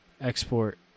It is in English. Export